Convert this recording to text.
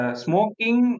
smoking